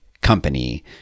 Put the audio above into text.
company